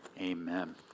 Amen